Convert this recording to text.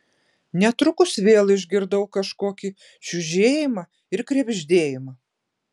netrukus vėl išgirdau kažkokį čiužėjimą ir krebždėjimą